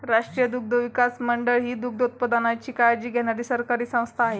राष्ट्रीय दुग्धविकास मंडळ ही दुग्धोत्पादनाची काळजी घेणारी सरकारी संस्था आहे